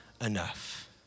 enough